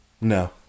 No